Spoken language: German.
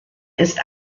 ist